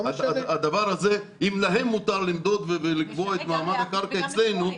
אם להם מותר למדוד ולקבוע את מעמד הקרקע אצלנו,